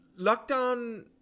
lockdown